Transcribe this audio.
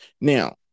Now